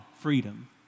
freedom